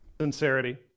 sincerity